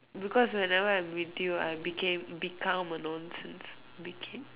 because whenever I am with you I became become a nonsense became